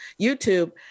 YouTube